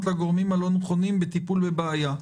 לגורמים הלא נכונים לטיפול בבעיה.